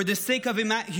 for the sake of humanity,